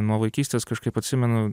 nuo vaikystės kažkaip atsimenu